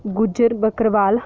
Gujjar Bakarwal